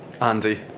Andy